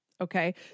Okay